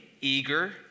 eager